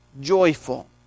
joyful